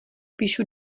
píšu